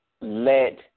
let